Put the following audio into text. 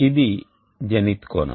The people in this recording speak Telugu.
ఇది జెనిత్ కోణం